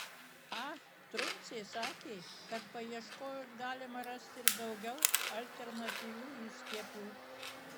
a truncė sakė kad paieškojus galima rasti ir daugiau alternatyvių įskiepių